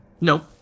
Nope